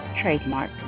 trademark